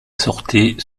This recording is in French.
sortait